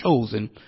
chosen